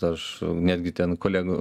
aš netgi ten kolegų